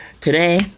Today